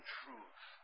truth